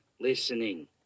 listening